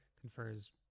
confers